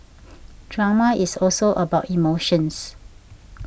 drama is also about emotions